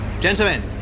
Gentlemen